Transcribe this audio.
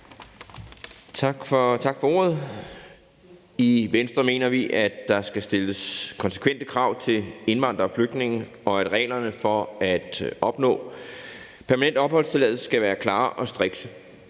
Tak for ordet. I Venstre mener vi, at der skal stilles konsekvente krav til indvandrere og flygtninge, og at reglerne for at opnå permanent opholdstilladelse skal være klare og strikse.